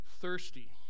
thirsty